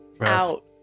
out